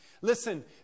Listen